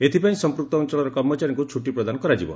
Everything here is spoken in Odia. ଏଥିପାଇଁ ସମ୍ମକ୍ତ ଅଞ୍ଞଳର କର୍ମଚାରୀଙ୍କୁ ଛୁଟି ପ୍ରଦାନ କରାଯିବ